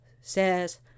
says